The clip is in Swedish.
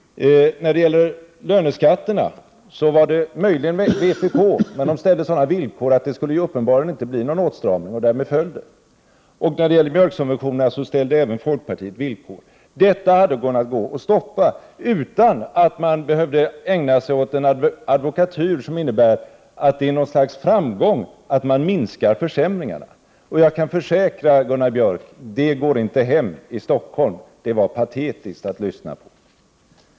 När det gäller löneskatterna kunde regeringen möjligen ha fått stöd av vpk, men de ställde sådana villkor att det uppenbarligen inte skulle ha blivit någon åtstramning, och därmed föll förslaget. När det gäller mjölksubventionerna ställde även folkpartiet villkor. Regeringens förslag hade gått att stoppa utan att man hade behövt ägna sig åt en advokatyr som innebär att det är något slags framgång att man minskar försämringarna. Jag kan försäkra Gunnar Björk: Det går inte hem i Stockholm. Det var patetiskt att lyssna på detta.